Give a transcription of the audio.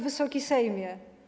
Wysoki Sejmie!